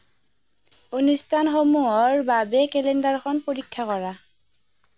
অনুষ্ঠানসমূহৰ বাবে কেলেণ্ডাৰখন পৰীক্ষা কৰা